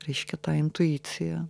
reiškia ta intuicija